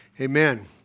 amen